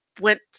went